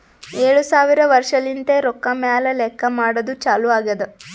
ಏಳು ಸಾವಿರ ವರ್ಷಲಿಂತೆ ರೊಕ್ಕಾ ಮ್ಯಾಲ ಲೆಕ್ಕಾ ಮಾಡದ್ದು ಚಾಲು ಆಗ್ಯಾದ್